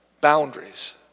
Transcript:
boundaries